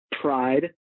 pride